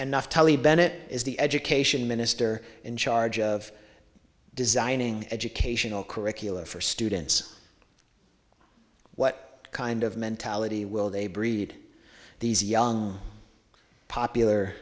bennett is the education minister in charge of designing educational curriculum for students what kind of mentality will they breed these young popular